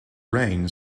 reign